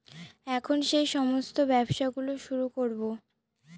এখন সেই সমস্ত ব্যবসা গুলো শুরু করবো